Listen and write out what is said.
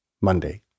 Monday